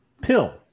pill